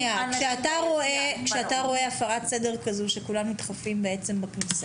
מה אתה עושה כשאתה רואה הפרת סדר שכולם נדחפים בכניסה?